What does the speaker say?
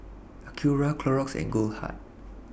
Acura Clorox and Goldheart